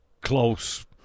close